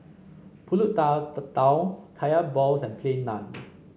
pulut tatal Kaya Balls and Plain Naan